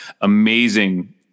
amazing